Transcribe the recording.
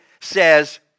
says